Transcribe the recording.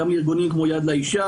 גם ארגונים כמו "יד לאישה",